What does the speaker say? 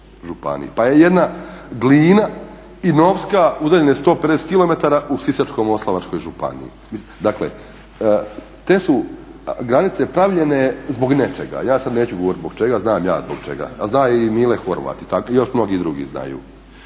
Pa je jedna Glina i Novska udaljene 150km u Sisačko-moslavačkoj županiji. Dakle te su granice pravljene zbog nečega. Ja sada neću govoriti zbog čega, znam ja zbog čega, a zna i Mile Horvat i još mnogi drugi znaju.